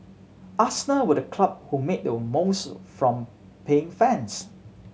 Arsenal were the club who made the most from paying fans